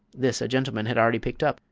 this a gentleman had already picked up,